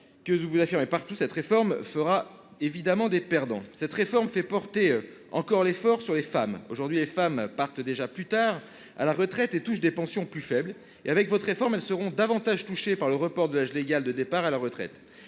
ce que vous affirmez partout, cette réforme fera évidemment des perdants. Cette réforme fait porter encore l'effort sur les femmes. Aujourd'hui, elles partent déjà plus tard à la retraite et touchent des pensions plus faibles que les hommes. Avec votre réforme, elles seront davantage touchées par le report de l'âge légal : sept mois de